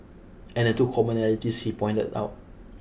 and the two commonalities he pointed out